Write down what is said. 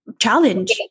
challenge